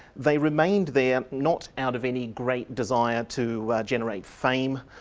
they remained there not out of any great desire to generate fame,